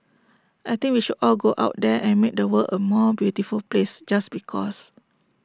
I think we should all go out there and make the world A more beautiful place just because